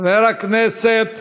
חבר הכנסת